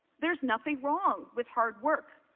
there is nothing wrong with hard work.